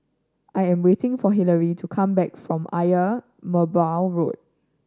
I am waiting for Hilary to come back from Ayer Merbau Road